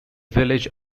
village